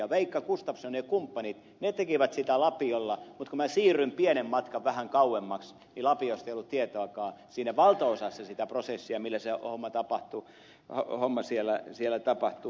veikka gustafsson ja kumppanit tekevät sitä lapiolla mutta kun minä siirryin pienen matkan vähän kauemmaksi niin lapiosta ei ollut tietoakaan valtaosassa sitä prosessia millä se homma siellä tapahtuu